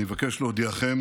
אני מבקש להודיעכם